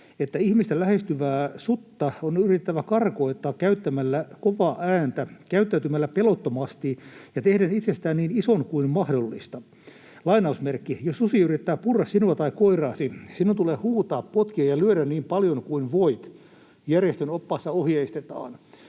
”että ihmistä lähestyvää sutta on yritettävä karkottaa käyttämällä kovaa ääntä, käyttäytymällä pelottomasti ja tehden itsestään niin ison kuin mahdollista. ’Jos susi yrittää purra sinua tai koiraasi, sinun tulee huutaa, potkia ja lyödä niin paljon kuin voit’, järjestön oppaassa ohjeistetaan.”